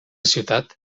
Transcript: ciutat